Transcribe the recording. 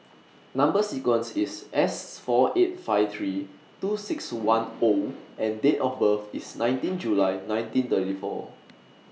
Number sequence IS S four eight five three two six one O and Date of birth IS nineteen July nineteen thirty four